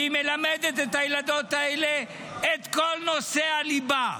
והיא מלמדת את הילדות האלה את כל נושא הליבה.